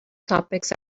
topics